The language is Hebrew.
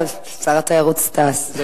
שר התיירות, נכון, שר התיירות סטס.